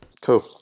cool